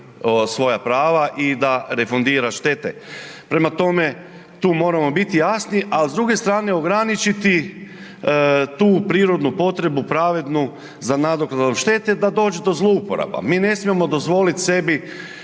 svoja prava i da refundira štete. Prema tome, tu moramo biti jasni, a s druge strane ograničiti tu prirodnu potrebu pravednu za nadoknadu štete da dođe do zlouporaba. Mi ne smijemo dozvoliti sebi,